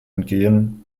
entgehen